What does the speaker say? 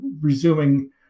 resuming